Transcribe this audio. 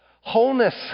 wholeness